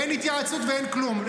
אין התייעצות ואין כלום.